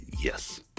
yes